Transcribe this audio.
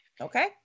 Okay